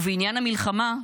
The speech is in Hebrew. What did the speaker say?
ובעניין המלחמה,